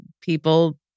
people